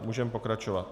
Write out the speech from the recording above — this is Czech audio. Můžeme pokračovat.